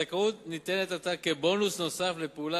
הזכאות ניתנת עתה כבונוס נוסף על פעולה